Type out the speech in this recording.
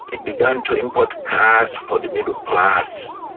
it began to import cars for the middle class,